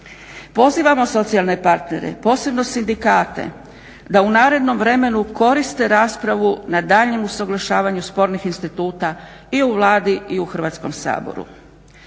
Pozivamo socijalne partnere, posebno sindikate da u narednom vremenu koriste raspravu na daljnjem usuglašavanju spornih instituta i u Vladi i u Hrvatskom saboru.